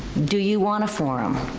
do you want a forum?